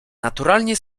naturalnie